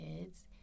kids